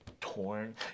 torn